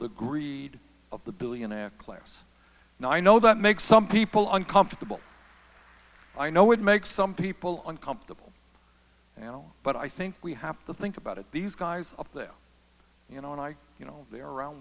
the greed of the billionaire class now i know that makes some people uncomfortable i know it makes some people uncomfortable and but i think we have to think about it these guys up there you know and i you know they're around